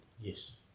Yes